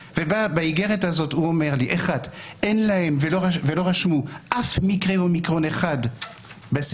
ובאיגרת הזאת הוא אומר שאין להם ולא רשום אף מקרה אומיקרון אחד בשייסל,